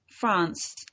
France